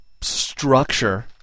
Structure